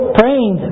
praying